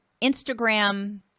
Instagram